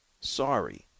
Sorry